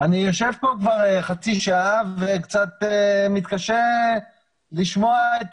אני יושב כאן כבר חצי שעה וקצת מתקשה לשמוע את